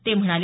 ते म्हणाले